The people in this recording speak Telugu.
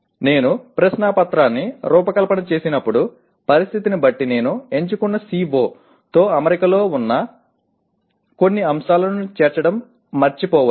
నేను ప్రశ్నపత్రాన్ని రూపకల్పన చేసినప్పుడు పరిస్థితిని బట్టి నేను ఎంచుకున్న CO తో అమరికలో ఉన్న కొన్ని అంశాలను చేర్చడం మర్చిపోవచ్చు